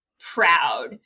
proud